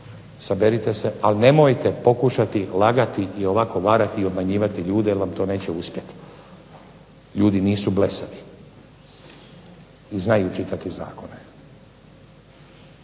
saberite se, ali nemojte pokušati lagati i ovako varati i obmanjivati ljude jer vam to neće uspjeti. Ljudi nisu blesavi, i znaju čitati zakone.